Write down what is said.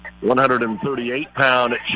138-pound